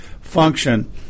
function